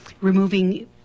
removing